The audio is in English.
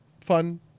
fun